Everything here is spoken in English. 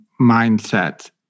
mindset